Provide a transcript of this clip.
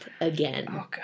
again